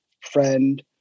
friend